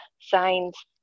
signs